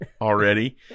already